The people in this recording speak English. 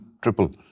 triple